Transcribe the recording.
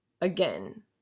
again